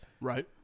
Right